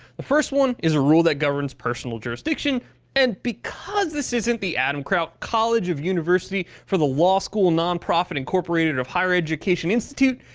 the first one is a rule that governs personal jurisdiction and because this isn't the adam kraut college of university for law school non-profit incorporated of higher education institute,